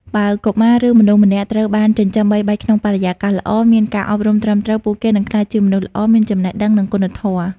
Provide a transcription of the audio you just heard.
បើកុមារ ឬមនុស្សម្នាក់ត្រូវបានចិញ្ចឹមបីបាច់ក្នុងបរិយាកាសល្អ មានការអប់រំត្រឹមត្រូវ ពួកគេនឹងក្លាយជាមនុស្សល្អ មានចំណេះដឹង និងគុណធម៌។